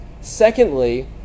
Secondly